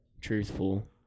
truthful